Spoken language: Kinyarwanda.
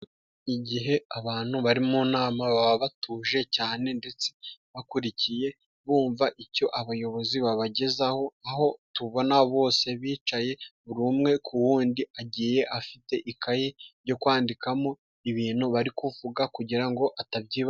Igihe abantu bari mu nama baba batuje cyane, ndetse bakurikiye bumva icyo abayobozi babagezaho, aho tubona bose bicaye, buri umwe ku wundi agiye afite ikayi yo kwandikamo ibintu bari kuvuga kugira ngo atabyibagirwa.